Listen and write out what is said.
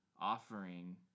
offering